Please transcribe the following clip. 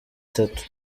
itatu